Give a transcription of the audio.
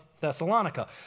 Thessalonica